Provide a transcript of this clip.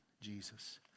Jesus